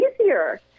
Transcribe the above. easier